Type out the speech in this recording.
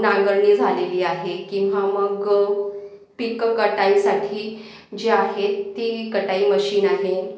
नांगरणी झालेली आहे किंवा मग पिक कटाईसाठी जे आहे ती कटाई मशीन आहे